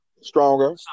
Stronger